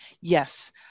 yes